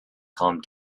calmed